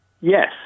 Yes